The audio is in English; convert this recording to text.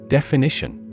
Definition